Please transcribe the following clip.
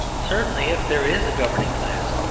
certainly if there is a governing class,